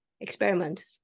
experiment